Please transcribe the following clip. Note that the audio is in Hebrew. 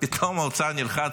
פתאום האוצר נלחץ.